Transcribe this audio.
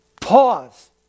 pause